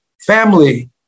family